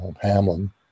Hamlin